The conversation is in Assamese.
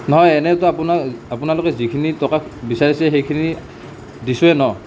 নহয় এনেওটো আপোনা আপোনালোকে যিখিনি টকা বিচাৰিছে সেইখিনি দিছোঁৱে ন